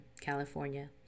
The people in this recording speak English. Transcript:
California